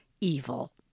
Evil